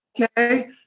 okay